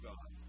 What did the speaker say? God